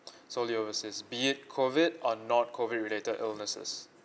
so COVID or not COVID related